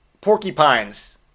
porcupines